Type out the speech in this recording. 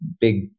big